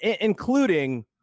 including